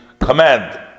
command